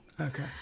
Okay